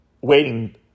waiting